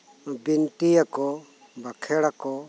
ᱵᱤᱱᱛᱤᱭᱟᱠᱩ ᱵᱟᱠᱷᱮᱬ ᱟᱠᱩ